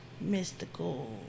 mystical